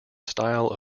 style